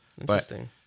Interesting